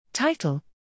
Title